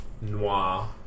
noir